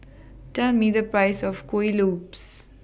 Tell Me The Price of Kuih Lopes